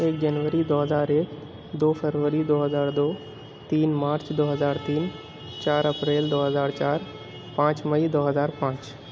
ایک جنوری دو ہزار ایک دو فروری دو ہزار دو تین مارچ دو ہزار تین چار اپریل دو ہزار چار پانچ مئی دو ہزار پانچ